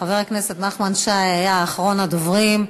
חבר הכנסת נחמן שי היה אחרון הדוברים.